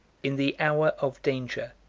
in the hour of danger,